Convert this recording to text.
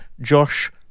Josh